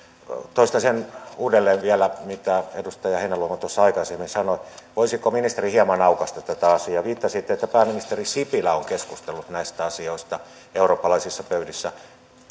toistan uudelleen vielä sen mitä edustaja heinäluoma tuossa aikaisemmin sanoi voisiko ministeri hieman aukaista tätä asiaa viittasitte että pääministeri sipilä on keskustellut näistä asioista eurooppalaisissa pöydissä